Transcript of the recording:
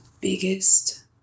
biggest